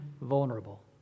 vulnerable